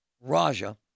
Raja